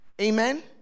Amen